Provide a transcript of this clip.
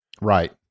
Right